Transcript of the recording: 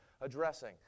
addressing